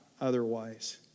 otherwise